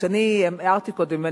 כשאני הערתי קודם,